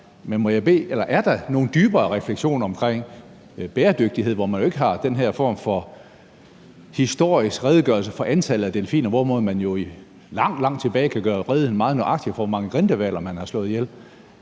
er der nogen dybere refleksion omkring bæredygtighed, hvor man jo ikke har den her form for historisk redegørelse for antallet af delfiner, hvorimod man jo langt, langt tilbage kan gøre meget nøjagtigt rede for, hvor mange grindehvaler man har slået ihjel?